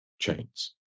chains